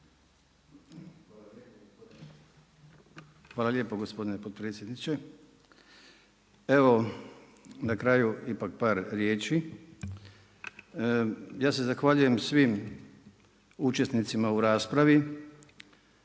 Hvala lijepo gospodine potpredsjedniče. Evo na kraju ipak par riječi. Ja se zahvaljujem svim učesnicima u raspravi